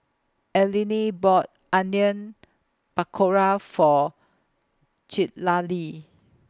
Allene bought Onion Pakora For Citlali